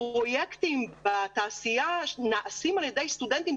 פרויקטים בתעשייה נעשים על ידי סטודנטים,